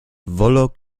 volo